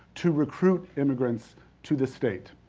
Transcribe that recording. to recruit immigrants to the state.